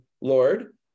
Lord